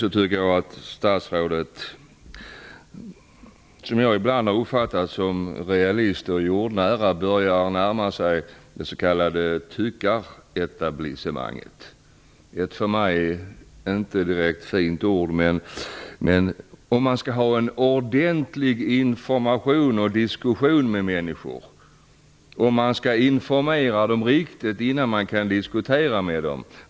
Sedan tycker jag att statsrådet, som jag har uppfattat som realist och jordnära, börjar närma sig det s.k. tyckaretablissemanget, vilket för mig inte är något direkt fint ord. Man skall ha en ordentlig information och diskussion med människor. Man skall informera dem ordentligt innan man kan diskutera med dem.